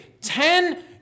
Ten